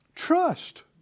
Trust